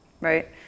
right